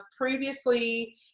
previously